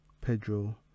Pedro